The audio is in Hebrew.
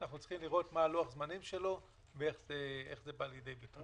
אנחנו צריכים לראות מה לוח הזמנים שלו ואיך זה בא לידי ביטוי.